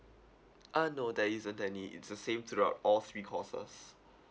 uh no there isn't any it's the same throughout all three courses